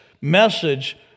message